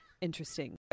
interesting